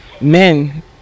men